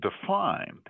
defined